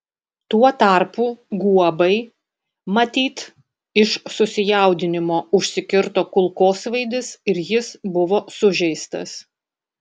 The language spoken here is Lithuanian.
tuo tarpu guobai matyt iš susijaudinimo užsikirto kulkosvaidis ir jis buvo sužeistas